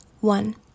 one